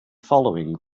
following